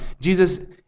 Jesus